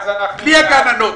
בלי הגננות.